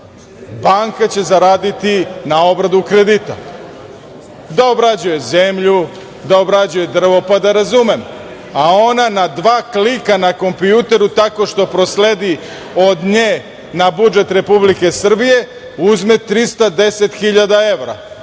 banka će zaraditi na obradu kredita. Da obrađuje zemlju, da obrađuje drvo, pa da razumem. A ona na dva klika na kompjuteru, tako što prosledi od nje na budžet Republike Srbije, uzme 310 hiljada